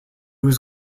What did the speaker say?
was